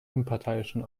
unparteiischen